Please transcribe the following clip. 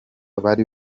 bari